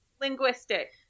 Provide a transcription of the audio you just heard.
linguistic